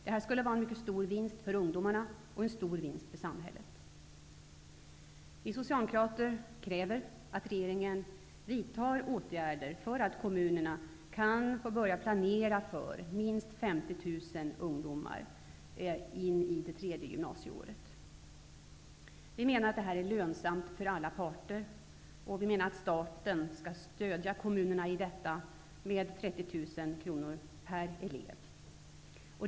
Det skulle vara en stor vinst både för ungdomarna och för samhället. Vi socialdemokrater kräver att regeringen vidtar åtgärder så att kommunerna kan börja planera för att minst 50 000 ungdomar skall kunna få det tredje gymnasieåret. Vi menar att det är lönsamt för alla parter att staten stöder kommunerna med 30 000 kronor per elev för detta.